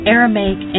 Aramaic